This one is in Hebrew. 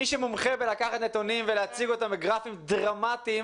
מה שאני אומר הוא מי שמומחה בלקחת נתונים ולהציג אותם בגרפים דרמטיים